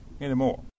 anymore